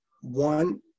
one